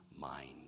mind